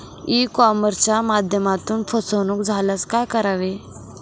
E कॉमर्सच्या माध्यमातून फसवणूक झाल्यास काय करावे?